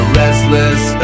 restless